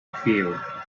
field